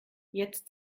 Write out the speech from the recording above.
jetzt